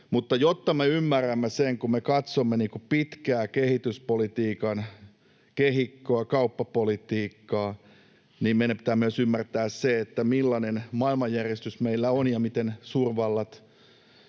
Mutta jotta me ymmärrämme sen, kun me katsomme pitkää kehityspolitiikan kehikkoa, kauppapolitiikkaa, niin meidän pitää myös ymmärtää se, millainen maailmanjärjestys meillä on ja miten suurvallat